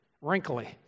Wrinkly